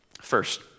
first